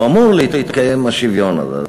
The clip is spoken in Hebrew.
או אמור להתקיים השוויון הזה.